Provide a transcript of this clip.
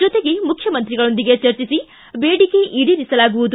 ಜೊತೆಗೆ ಮುಖ್ಯಮಂತ್ರಿಗಕೊಂದಿಗೆ ಚರ್ಚಿಸಿ ಬೇಡಿಕೆ ಈಡೇರಿಸಲಾಗುವುದು